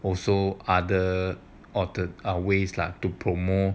also other ways lah to promote